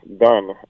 done